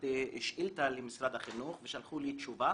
שלחתי שאילתה למשרד החינוך ושלחו לי תשובה.